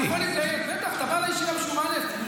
אתה בא לישיבה בשיעור א',